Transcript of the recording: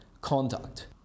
conduct